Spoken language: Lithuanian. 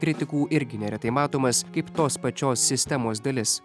kritikų irgi neretai matomas kaip tos pačios sistemos dalis